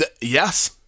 Yes